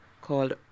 called